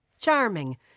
charming